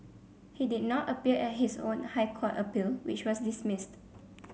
he did not appear at his own High Court appeal which was dismissed